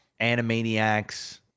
Animaniacs